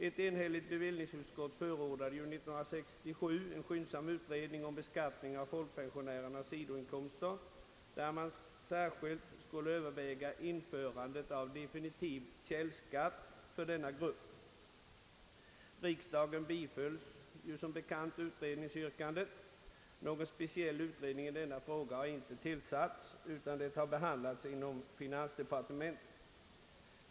Ett enhälligt bevillningsutskott förordade 1967 en skyndsam utredning av frågan om beskattningen av = folkpensionärers sidoinkomster, där man särskilt skulle överväga införandet av definitiv källskatt för denna grupp. Riksdagen biföll som bekant utredningsyrkandet. Någon speciell utredning i denna fråga har inte tillsatts, utan den har behandlats inom finansdepartementet.